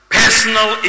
personal